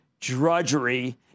Drudgery